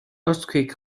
earthquake